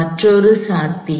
மற்றொரு சாத்தியம்